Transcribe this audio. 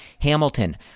Hamilton